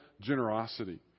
generosity